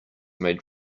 made